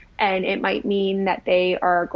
and it might mean that they are,